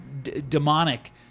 demonic